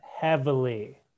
heavily